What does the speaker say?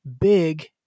big